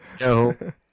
no